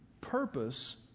purpose